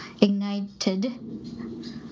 ignited